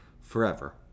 forever